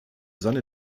seine